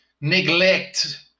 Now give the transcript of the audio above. neglect